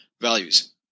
values